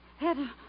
Heather